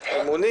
יש רציפות.